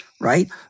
right